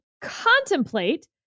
contemplate